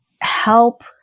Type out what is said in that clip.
help